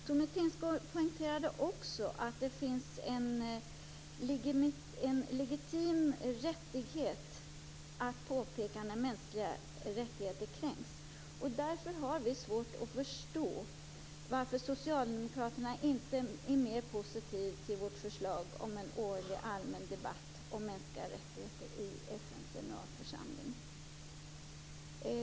Tone Tingsgård poängterade också att det finns en legitim rättighet att påpeka när mänskliga rättigheter kränks. Därför har vi svårt att förstå varför socialdemokraterna inte är mer positiva till vårt förslag om en årlig allmän debatt om mänskliga rättigheter i FN:s generalförsamling.